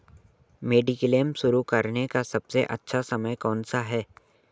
Mediclaim शुरू करने का सबसे अच्छा समय कौनसा है?